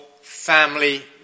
family